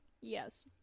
Yes